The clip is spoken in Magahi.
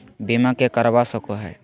बीमा के करवा सको है?